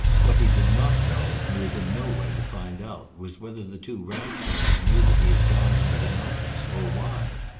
what he did not know, and was in no way to find out, was whether the two ranch hands knew that he had gone into the mountains, or why.